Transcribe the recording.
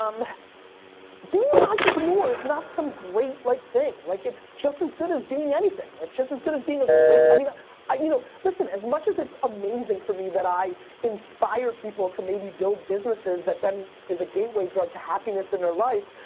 um being an entrepreneur is not some great like thing. like it's just as good as being anything. it's just as good as being a great, i mean ah you know listen as much as it's amazing for me that i inspire people to maybe build businesses that then is a gateway drug to happiness in their life,